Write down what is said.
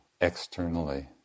externally